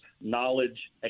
knowledge